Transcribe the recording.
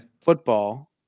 football